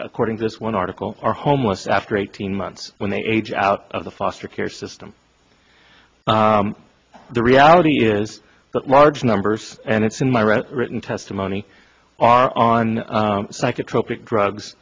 according to this one article are homeless after eighteen months when they age out of the foster care system the reality is that large numbers and it's in my read written testimony are on psychotropic drugs